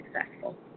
successful